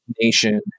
nation